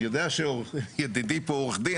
אני יודע שידידי פה הוא עורך דין,